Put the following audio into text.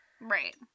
right